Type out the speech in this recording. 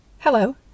Hello